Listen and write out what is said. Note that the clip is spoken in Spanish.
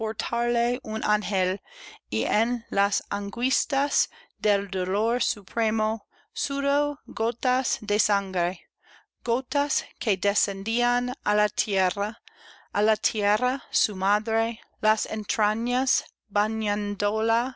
un ángel y en las angustias del dolor supremo sudó gotas de sangre gotas que descendían á la tierra á la tierra su madre las entrañas